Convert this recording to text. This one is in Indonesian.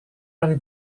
lebih